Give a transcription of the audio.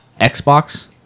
xbox